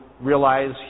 realize